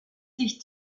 sich